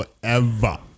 Forever